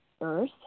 earth